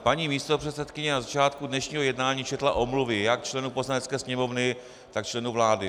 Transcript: Paní místopředsedkyně na začátku dnešního jednání četla omluvy jak členů Poslanecké sněmovny, tak členů vlády.